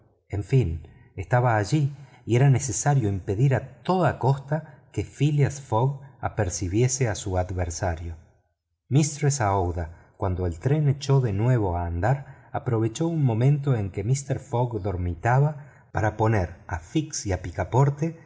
en fin estaba allí y era necesario impedir a toda costa que phileas fogg percibiese a su adversario mistress aouida cuando el tren echó de nuevo a andar aprovechó un momento en que mister fogg dormitaba para poner a fix y picaporte